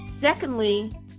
Secondly